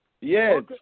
Yes